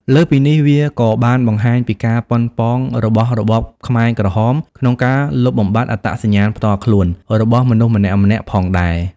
លើសពីនេះ វាក៏បានបង្ហាញពីការប៉ុនប៉ងរបស់របបខ្មែរក្រហមក្នុងការលុបបំបាត់ អត្តសញ្ញាណផ្ទាល់ខ្លួន របស់មនុស្សម្នាក់ៗផងដែរ។